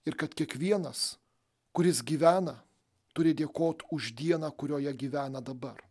ir kad kiekvienas kuris gyvena turi dėkot už dieną kurioje gyvena dabar